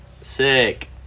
sick